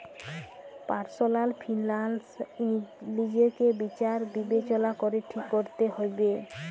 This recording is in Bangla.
পার্সলাল ফিলান্স লিজকে বিচার বিবচলা ক্যরে ঠিক ক্যরতে হুব্যে